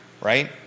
right